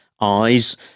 eyes